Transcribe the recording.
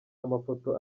amafoto